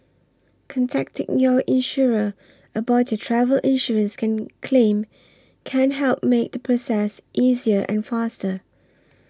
contacting your insurer about your travel insurance can claim can help make the process easier and faster